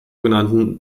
genannten